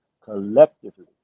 collectively